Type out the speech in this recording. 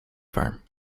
farm